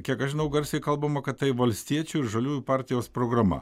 kiek aš žinau garsiai kalbama kad tai valstiečių ir žaliųjų partijos programa